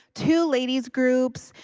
two ladies groups,